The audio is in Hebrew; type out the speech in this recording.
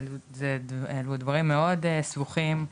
אלו דברים מאוד סבוכים,